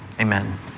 amen